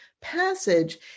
passage